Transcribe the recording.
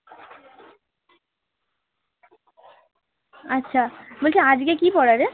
আচ্ছা বলছি আজকে কি পড়া রে